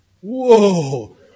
Whoa